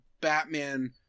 Batman